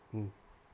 mm